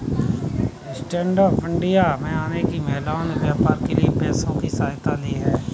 stand up India के आने से काफी महिलाओं ने व्यापार के लिए पैसों की सहायता ली है